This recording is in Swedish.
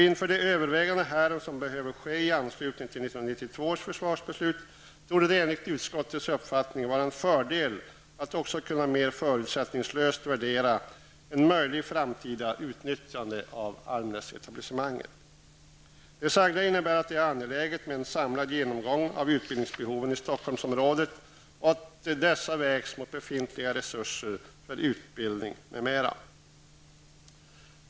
Inför de överväganden härom som behöver ske i anslutning till 1992 års försvarsbeslut, torde det enligt utskottets uppfattning vara en fördel att också kunna mer förutsättningslöst värdera ett möjligt framtida utnyttjande av Almnäsetablissementet. Det sagda innebär att det är angeläget med en samlad genomgång av utbildningsbehoven i Stockholmsområdet och att dessa vägs mot befintliga resurser för utbildning m.m.